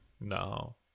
No